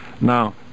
now